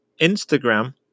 Instagram